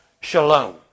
shalom